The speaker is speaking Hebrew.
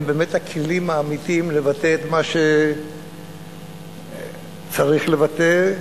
באמת הכלים האמיתיים לבטא את מה שצריך לבטא.